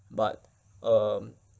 but um